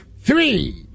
three